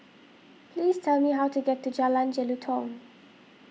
please tell me how to get to Jalan Jelutong